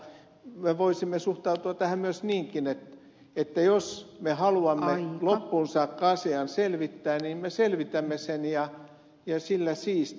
mutta me voisimme suhtautua tähän myös niinkin että jos me haluamme loppuun saakka asian selvittää niin me selvitämme sen ja sillä siisti